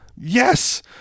Yes